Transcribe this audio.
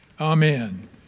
Amen